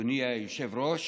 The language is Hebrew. אדוני היושב-ראש,